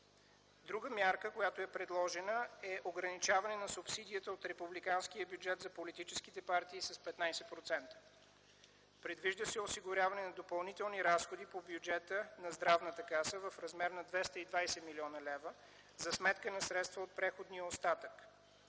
Друга мярка, която е предложена, е ограничаване на субсидията от републиканския бюджет за политическите партии с 15%. Предвижда се осигуряване на допълнителни разходи по бюджета на Здравната каса в размер на 220 млн. лв. за сметка на средства от преходния остатък.